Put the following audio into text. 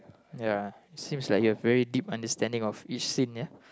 ya seems like you have very deep understanding of each scene ya